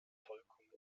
vollkommen